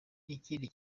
ikindi